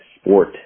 sport